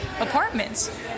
apartments